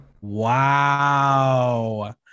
Wow